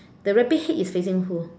the rabbit head is facing who